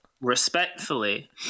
Respectfully